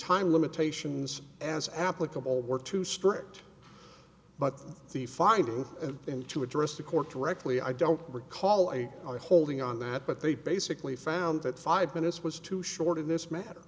time limitations as applicable were too strict but the finding and to address the court directly i don't recall i are holding on that but they basically found that five minutes was too short in this matter